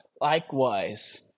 Likewise